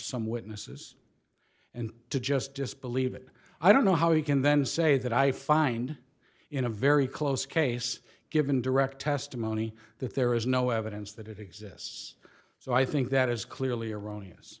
some witnesses and to just disbelieve it i don't know how you can then say that i find in a very close case given direct testimony that there is no evidence that it exists so i think that is clearly erroneous